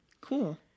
Cool